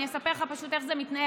אני אספר לך פשוט איך זה מתנהל,